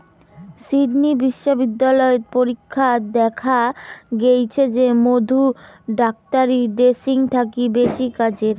Sydney বিশ্ববিদ্যালয়ত পরীক্ষাত দ্যাখ্যা গেইচে যে মধু ডাক্তারী ড্রেসিং থাকি বেশি কাজের